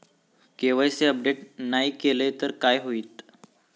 KYC update नाय केलय तर काय होईत?